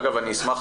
אגב, אני אשמח